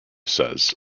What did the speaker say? says